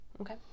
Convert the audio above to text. Okay